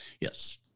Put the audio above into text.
Yes